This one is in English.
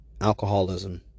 Alcoholism